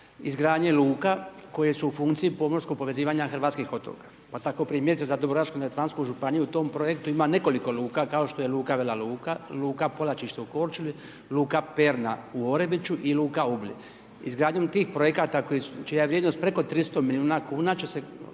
izgradnje luka koje su u funkciji pomorskog povezivanja hrvatskih otoka. Pa tako primjerice za Dubrovačko-neretvansku županiju u tom projektu ima nekoliko luka, kao što je luka Vela Luka, luka Polačište u Korčuli, Luka Perna u Orebiću i luka .../Govornik se ne razumije./.... Izgradnjom tih projekta čija je vrijednost preko 300 milijuna kuna će se